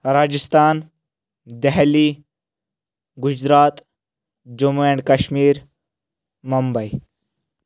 Rajasthan Delhi Gujarat Jammu and Kashmir Mumbai